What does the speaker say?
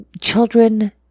children